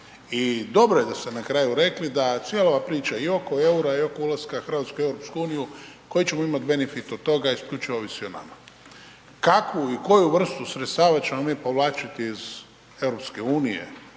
I dobro je da ste na kraju rekli da cijela ova priča i oko EUR-a i oko ulaska Hrvatske u EU koji ćemo imati benefit od tog isključivo ovisi o nama. Kakvu i koju vrstu sredstava ćemo mi povlačiti iz EU